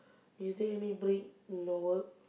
is there any break in your work